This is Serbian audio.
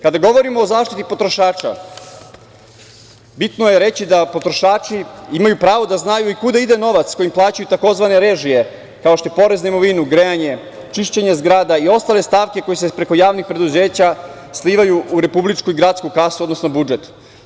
Kada govorimo o zaštiti potrošača, bitno je reći da potrošači imaju pravo da znaju i kuda ide novac kojim plaćaju tzv. režije, kao što je porez na imovinu, grejanje, čišćenje zgrada i ostale stavke koje se preko javnih preduzeća slivaju u republičku i gradsku kasu, odnosno budžet.